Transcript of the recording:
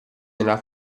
nella